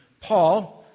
Paul